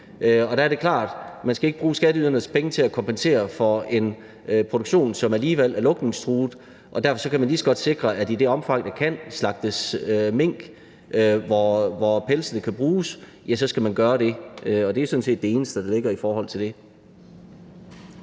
Og der er det klart, at man ikke skal bruge skatteydernes penge til at kompensere for en produktion, som alligevel er lukningstruet, og derfor kan man lige så godt sikre, at i det omfang, der kan slagtes mink, og hvor pelsene kan bruges, skal man gøre det. Og det er sådan set det eneste, der ligger i forhold til det.